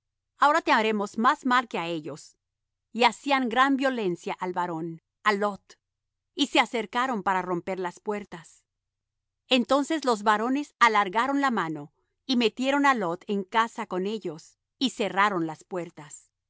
ahora te haremos más mal que á ellos y hacían gran violencia al varón á lot y se acercaron para romper las puertas entonces los varones alargaron la mano y metieron á lot en casa con ellos y cerraron las puertas